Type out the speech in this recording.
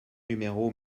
numéro